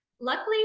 luckily